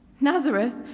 Nazareth